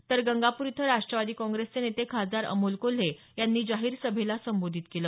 तर गंगापूर इथं राष्टवादी काँग्रेसचे नेते खासदार अमोल कोल्हे यांनी जाहीर सभेला संबोधित केलं